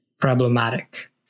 problematic